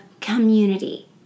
community